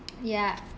ya